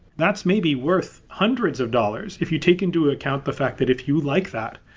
that's maybe worth hundreds of dollars if you take into account the fact that if you like that,